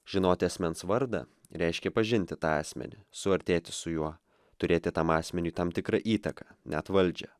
žinoti asmens vardą reiškia pažinti tą asmenį suartėti su juo turėti tam asmeniui tam tikrą įtaką net valdžią